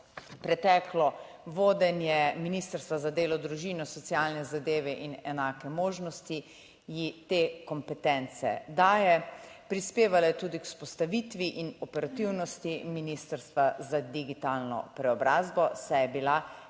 Preteklo vodenje Ministrstva za delo, družino, socialne zadeve in enake možnosti ji te kompetence daje. Prispevala je tudi k vzpostavitvi in operativnosti Ministrstva za digitalno preobrazbo, saj je bila del